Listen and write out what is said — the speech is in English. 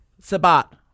Sabat